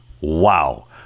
Wow